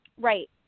Right